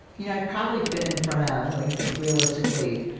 you know i've probably been in front ah of let me think realistically,